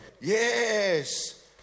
Yes